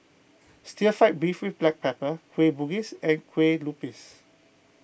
Stir Fry Beef with Black Pepper Kueh Bugis and Kue Lupis